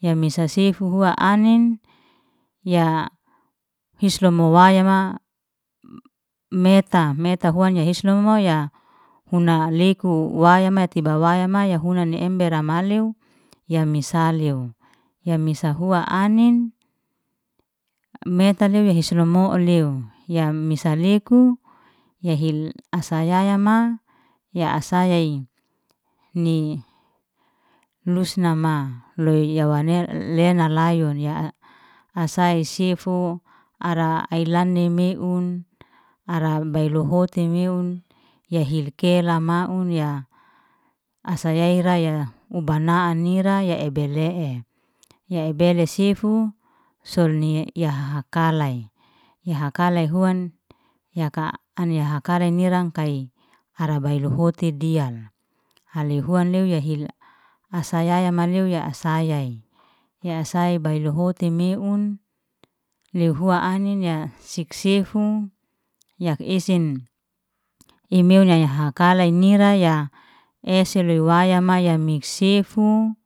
ya mese sefu hua anin, ya hisru muwaya ma meta, meta huan ya hisno moya huna leku, waya mete bawaya maya hunani embera maleo ya misaleo. Ya misa hua anin, metaleo ya hisno moleo, ya misa leku ya hil asayaya ma ya asa ai, ni nus nama loy ya wanel lena layun ya asai sefu, ara ai lani meun, ara bailu huti meun, ya hil kela maun, ya asaya ira ya uba na'a nira ya ebele'e, ya ebele sifu solnia yaha ha kalay, ya hakalay huan yaka an ya hakalay niran kai ara bay low huti dialhale huan lew ya hil asayaya maleo ya asayaa'i, ya sai bailu huti meun, lew hua anin ya sik sefu yak isin i meun yaya hakalay nira ya eselew waya wayam mik sefu